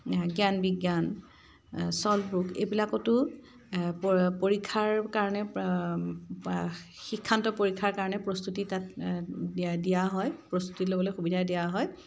জ্ঞান বিজ্ঞান ছল্ট ব্ৰুক এইবিলাকতো প পৰীক্ষাৰ কাৰণে শিক্ষান্ত পৰীক্ষাৰ কাৰণে প্ৰস্তুতি তাত দিয়া হয় প্ৰস্তুতি ল'বলৈ সুবিধা দিয়া হয়